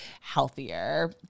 healthier